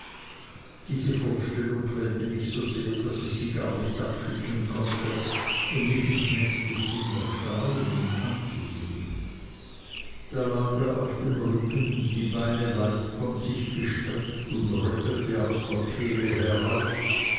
diese vorstellung quälte mich so sehr daß ich sie gar nicht abschütteln konnte und mich ins nächste zimmer stahl um ihn anzusehen da lag er auf dem rücken die beine weit von sich gestreckt und röchelte aus der kehle heraus